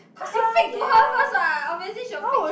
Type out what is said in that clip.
cause you fake to her first what obviously she will fake